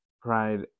pride